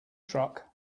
truck